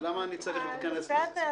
אז למה אני צריך להיכנס לזה?